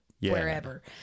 Wherever